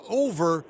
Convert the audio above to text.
over